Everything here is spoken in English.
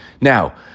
now